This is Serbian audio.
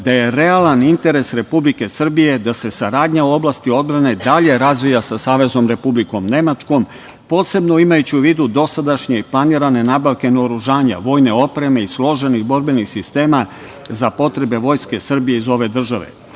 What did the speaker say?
da je realan interes Republike Srbije da se saradnja u oblasti odbrane dalje razvije sa Saveznom Republikom Nemačkom, posebno imajući u vidu dosadašnje planirane nabavke naoružanja, vojne opreme i složenih borbenih sistema za potrebe Vojske Srbije iz ove države. Sa